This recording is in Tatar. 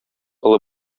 олы